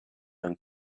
young